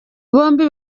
bombi